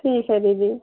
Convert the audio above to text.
ठीक है दीजिए